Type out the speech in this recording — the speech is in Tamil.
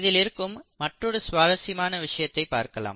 இதில் இருக்கும் மற்றொரு சுவாரசியமான விஷயத்தை பார்க்கலாம்